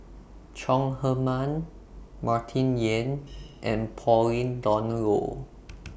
Chong Heman Martin Yan and Pauline Dawn Loh